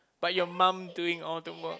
but your mom doing all the work